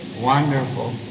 wonderful